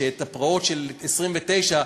הפרעות של 1929,